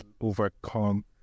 overcome